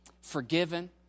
forgiven